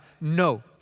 no